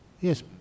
Yes